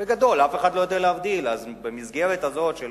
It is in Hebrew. בגדול, אף אחד לא יודע להבדיל, אז במסגרת הזאת, של